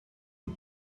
und